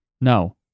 No